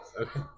Okay